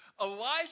Elijah